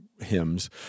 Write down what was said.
hymns